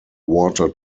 water